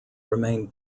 remain